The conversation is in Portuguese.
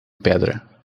pedra